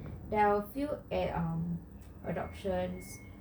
there were a few adoptions